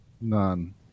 None